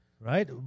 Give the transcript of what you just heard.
Right